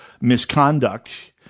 misconduct